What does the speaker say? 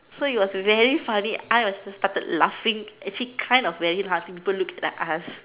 so it was very funny I and my sister started laughing actually kind of very hard people look at us